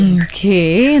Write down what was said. okay